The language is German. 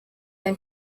ein